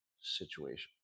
situation